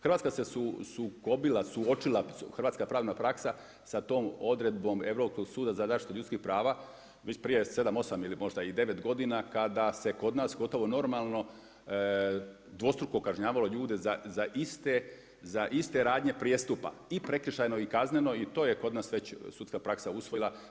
Hrvatska se sukobila, suočila, hrvatska pravna praksa sa tom odredbom Europskog suda za zaštitu ljudskih prava već prije 7, 8 ili možda i 9 godina kada se kod nas gotovo normalno dvostruko kažnjavalo ljude za iste rade prijestupa i prekršajno i kazneno i to je kod nas već sudska praksa usvojila.